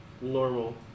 normal